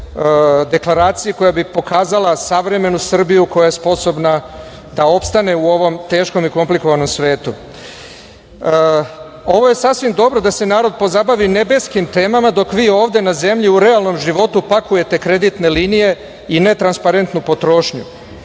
je sasvim dobro da se narod pozabavi nebeskim temama dok vi ovde na zemlji u realnom životu pakujete kreditne linije i netransparentnu potrošnju. Druga